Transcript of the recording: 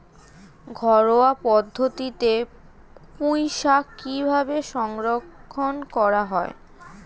ঘরোয়া পদ্ধতিতে পুই শাক কিভাবে সংরক্ষণ করা হয়?